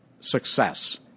success